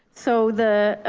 so the,